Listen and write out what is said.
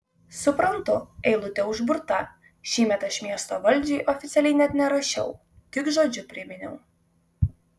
suprantu eilutė užburta šįmet aš miesto valdžiai oficialiai net nerašiau tik žodžiu priminiau